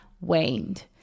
waned